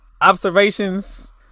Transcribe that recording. Observations